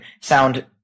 sound